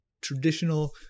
traditional